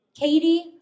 Katie